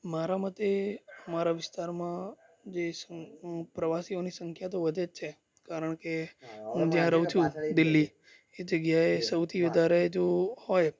મારા મતે મારા વિસ્તારમાં જે પ્રવાસીઓની સંખ્યા તો વધે જ છે કારણ કે હું જ્યાં રહું છું દિલ્લી એ જગ્યાએ સૌથી વધારે જો હોય